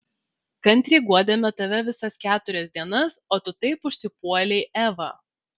kantriai guodėme tave visas keturias dienas o tu taip užsipuolei evą